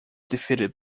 defeated